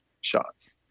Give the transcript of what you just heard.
shots